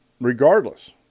regardless